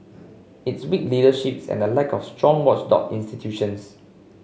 it's weak leaderships and the lack of strong watchdog institutions